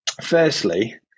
firstly